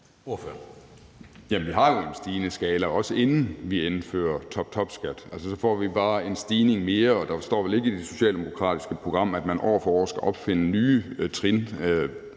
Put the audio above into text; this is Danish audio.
vi har jo en stigende skala, også inden vi indfører toptopskat. Så får vi bare en stigning mere, og det står vel ikke i det socialdemokratiske program, at man år for år skal opfinde nye trin.